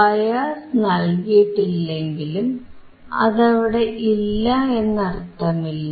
bias നൽകിയിട്ടില്ലെങ്കിലും അതവിടെ ഇല്ല എന്ന് അർഥമില്ല